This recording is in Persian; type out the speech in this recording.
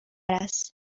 است